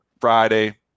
friday